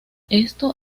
esto